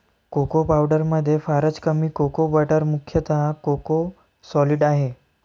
cocoa पावडरमध्ये फारच कमी कोको बटर मुख्यतः कोको सॉलिड आहे